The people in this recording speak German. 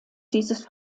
dieses